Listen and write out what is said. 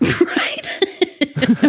Right